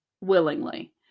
willingly